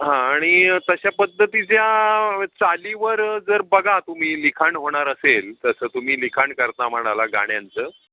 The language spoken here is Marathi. हां आणि तशा पद्धतीच्या चालीवर जर बघा तुम्ही लिखाण होणार असेल तसं तुम्ही लिखाण करता म्हणाला गाण्यांचं